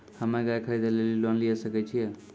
हम्मे गाय खरीदे लेली लोन लिये सकय छियै?